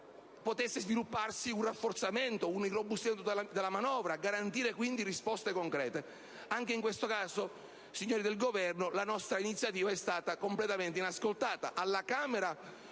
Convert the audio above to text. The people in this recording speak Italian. potesse svilupparsi un rafforzamento e un irrobustimento della manovra, garantendo risposte concrete. Anche in questo caso, signori del Governo, la nostra iniziativa è stata completamente inascoltata.